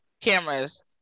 cameras